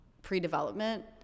pre-development